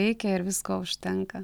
reikia ir visko užtenka